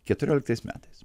keturioliktais metais